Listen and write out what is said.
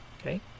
okay